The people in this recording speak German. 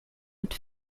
mit